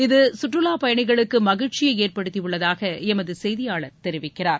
இது சுற்றுலா பயணிகளுக்கு மகிழ்ச்சியை ஏற்படுத்தி உள்ளதாக எமது செய்தியாளர் தெரிவிக்கிறார்